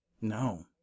No